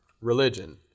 religion